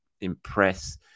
impress